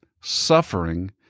suffering